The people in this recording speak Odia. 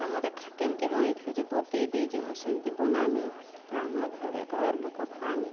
ଆର୍ ମୋତେ ଖା କେମିତି ବନାଇଥିଲୁ ଯେ ବତାଇ ଦେ ଯେ ମୁଁ ସେମିତି ବନାମି ଆର୍ ଆମର ଘରକେ ଘରର ଲୋକ ଖୁଆମି